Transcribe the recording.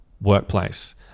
workplace